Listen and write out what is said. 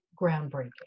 groundbreaking